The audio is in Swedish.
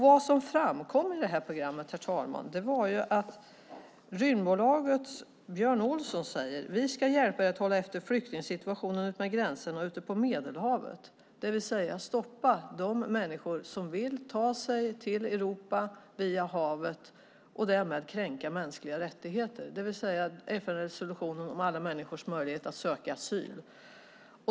Vad som framkom i programmet, herr talman, var att Rymdbolagets Björn Ohlsson säger: Vi ska hjälpa er att hålla efter flyktingsituationen utmed gränserna och ute på Medelhavet. Det innebär alltså att stoppa de människor som vill ta sig till Europa via havet och därmed kränka mänskliga rättigheter, det vill säga FN:s resolution om alla människors möjlighet att söka asyl.